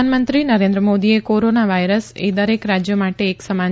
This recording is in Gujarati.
પ્રધાનમંત્રી નરેન્દ્ર મોદીએ કોરોના વાયરસ એ દરેક રાજ્યો માટે એક સમાન